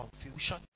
confusion